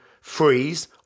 freeze